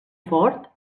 fort